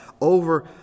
over